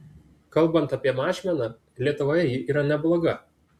kalbant apie mažmeną lietuvoje ji yra nebloga